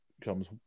comes